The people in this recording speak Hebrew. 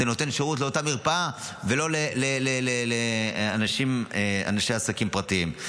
זה נותן שירות לאותה מרפאה ולא לאנשי עסקים פרטיים.